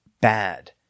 bad